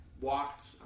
walked